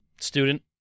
student